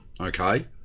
okay